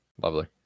Lovely